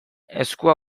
eskua